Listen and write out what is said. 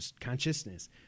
consciousness